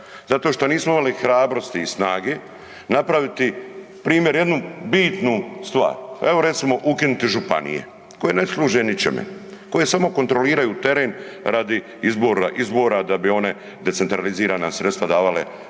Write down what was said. zato što nismo imali hrabrosti i snage napraviti primjer jednu bitnu stvar. Evo, recimo ukinuti županije koje ne služe ničemu, koje samo kontroliraju teren radi izbora da bi one decentralizirana sredstva davala odanim